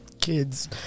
kids